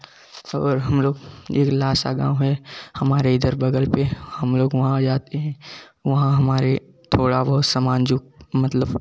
और हम लोग एक लासा गाँव है हमारे इधर बगल पर हम लोग वहाँ जाते हैं वहाँ हमारे थोड़ा बहुत सामान जो मतलब